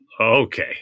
Okay